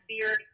beard